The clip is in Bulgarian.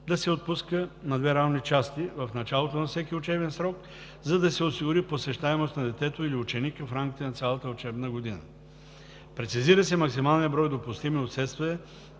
да се отпуска на две равни части – в началото на всеки учебен срок, за да се осигури посещаемост на детето или ученика в рамките на цялата учебна година. Прецизира се максималният брой допустими отсъствия